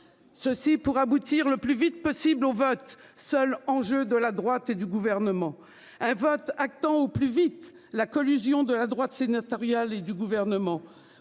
Ceci pour aboutir le plus vite possible au vote seul enjeu de la droite et du gouvernement. Un vote attends au plus vite la collusion de la droite sénatoriale et du gouvernement